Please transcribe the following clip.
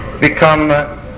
become